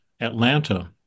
Atlanta